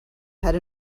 had